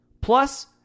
Plus